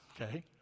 Okay